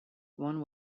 one